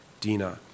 Dina